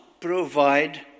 provide